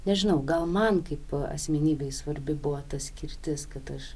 nežinau gal man kaip asmenybei svarbi buvo ta skirtis kad aš